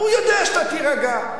והוא יודע שאתה תירגע.